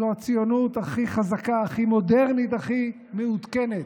זו הציונות הכי חזקה, הכי מודרנית, הכי מעודכנת.